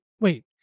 wait